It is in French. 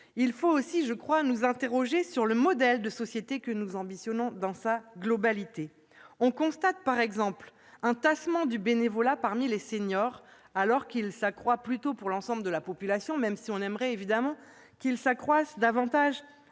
devons aussi nous interroger sur le modèle de société que nous ambitionnons dans sa globalité. On constate par exemple un tassement du bénévolat parmi les seniors, alors qu'il s'accroît plutôt pour l'ensemble de la population, même si l'on aimerait qu'il augmente davantage